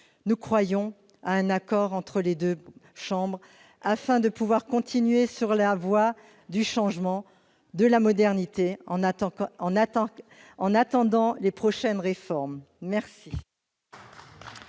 Nous croyons en un accord entre les deux assemblées, afin de continuer sur la voie du changement et de la modernité, en attendant les prochaines réformes. La